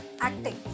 acting